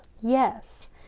yes